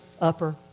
upper